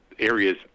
Areas